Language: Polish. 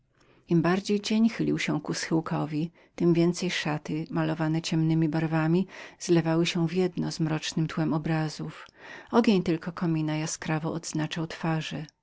im bardziej dzień chylił się ku upadkowi tem więcej ponure draperye zlewały się w jeden cień z tłami obrazów ogień tylko komina jaskrawo odznaczał twarze